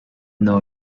know